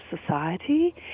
society